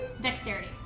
Dexterity